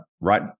right